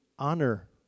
Honor